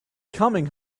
coming